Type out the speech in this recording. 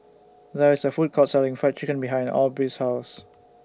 There IS A Food Court Selling Fried Chicken behind Aubree's House